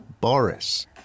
Boris